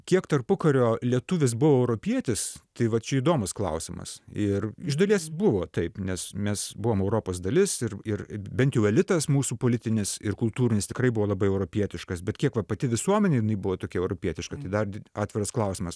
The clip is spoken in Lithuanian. kiek tarpukario lietuvis buvo europietis tai va čia įdomus klausimas ir iš dalies jis buvo taip nes mes buvom europos dalis ir ir bent jau elitas mūsų politinis ir kultūrinis tikrai buvo labai europietiškas bet kiek va pati visuomenė jinai buvo tokia europietiška tai dar atviras klausimas